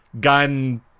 gun